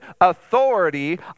authority